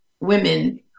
women